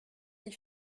les